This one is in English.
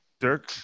Dirk